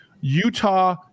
Utah